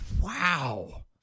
wow